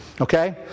Okay